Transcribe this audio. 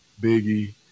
Biggie